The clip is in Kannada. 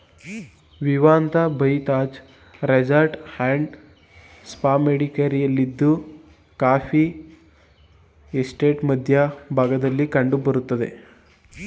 Vivanta by Taj resort and spa ಮಡಿಕೇರಿಯಲ್ಲಿದ್ದು ಕಾಫೀ ಎಸ್ಟೇಟ್ನ ಮಧ್ಯ ಭಾಗದಲ್ಲಿ ಕಂಡ್ ಬರ್ತದೆ